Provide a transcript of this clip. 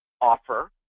offer